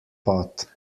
pot